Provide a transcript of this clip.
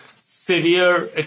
severe